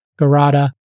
Garada